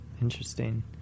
Interesting